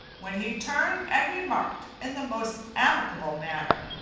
when he turned and remarked in the most amicable manner,